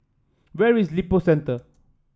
where is Lippo Centre